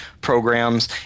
programs